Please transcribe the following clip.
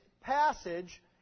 passage